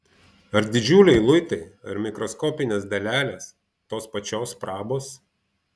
ar didžiuliai luitai ir mikroskopinės dalelės tos pačios prabos